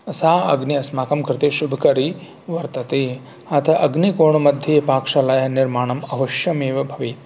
सः अग्निः अस्माकं कृते शुभकरी वर्तते अतः अग्निकोणमध्ये पाकशालायाः निर्माणम् अवश्यमेव भवेत्